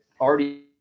already